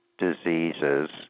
diseases